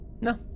No